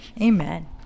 Amen